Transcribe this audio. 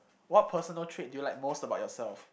what personal trait do you like most about yourself